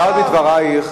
דיברת בדברייך,